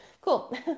Cool